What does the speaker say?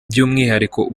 by’umwihariko